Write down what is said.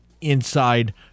inside